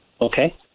Okay